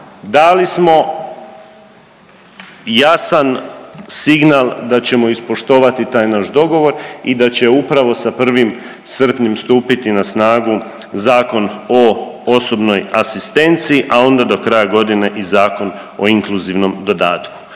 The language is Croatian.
Dali smo jasan signal da ćemo ispoštovati taj naš dogovor i da će upravo sa 1. srpnjem stupiti na snagu Zakon o osobnoj asistenciji, a onda do kraja godine i Zakon o inkluzivnom dodatku.